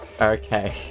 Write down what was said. Okay